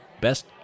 best